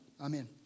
Amen